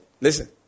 Listen